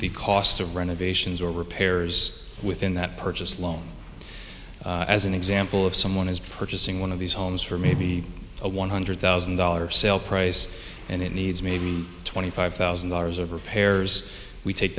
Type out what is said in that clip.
the cost of renovations or repairs within that purchase loan as an example of someone is purchasing one of these homes for maybe a one hundred thousand dollars sale price and it needs maybe twenty five thousand dollars of repairs we take